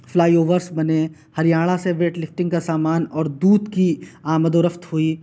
fly overs بنے ہریانہ سے weight lifting کا سامان اور دودھ کی آمد و رفت ہوئی